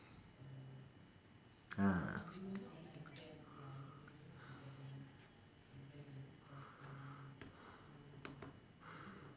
ah